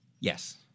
Yes